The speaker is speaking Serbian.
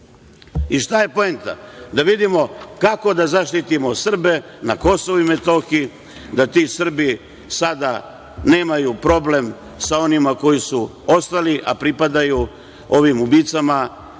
Šta je poenta? Da vidimo kako da zaštitimo Srbe na Kosovu i Metohiji, da ti Srbi sada nemaju problem sa onima koji su ostali, a pripadaju ovim ubicama